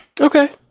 Okay